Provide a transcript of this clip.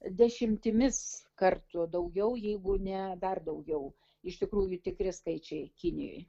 dešimtimis kartų daugiau jeigu ne dar daugiau iš tikrųjų tikri skaičiai kinijoj